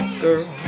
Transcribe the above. girl